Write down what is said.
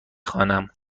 خوانم